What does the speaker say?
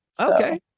okay